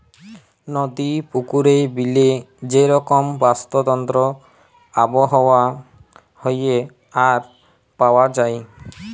নদি, পুকুরে, বিলে যে রকম বাস্তুতন্ত্র আবহাওয়া হ্যয়ে আর পাওয়া যায়